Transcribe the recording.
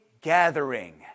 gathering